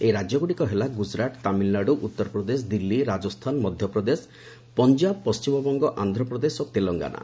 ଏହି ରାଜ୍ୟଗୁଡ଼ିକ ହେଲା ଗୁଜୁରାଟ୍ ତାମିଲ୍ନାଡୁ ଉତ୍ତରପ୍ରଦେଶ ଦିଲ୍ଲୀ ରାଜସ୍ଥାନ ମଧ୍ୟପ୍ରଦେଶ ପଞ୍ଜାବ୍ ପଣ୍ଟିମବଙ୍ଗ ଆନ୍ଧ୍ରପ୍ରଦେଶ ଓ ତେଲଙ୍ଗାନା